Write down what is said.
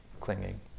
clinging